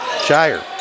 Shire